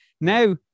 Now